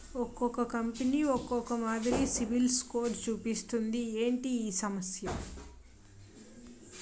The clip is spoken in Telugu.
ఒక్కో కంపెనీ ఒక్కో మాదిరి సిబిల్ స్కోర్ చూపిస్తుంది ఏంటి ఈ సమస్య?